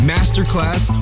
Masterclass